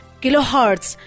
kilohertz